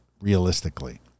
realistically